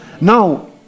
Now